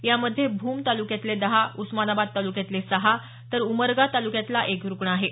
यामध्ये भूम तालुक्यातले दहा उस्मानाबाद तालुक्यातले सहा तर उमरगा तालुक्यातला एक रुग्ण आहे